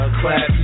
clap